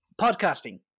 podcasting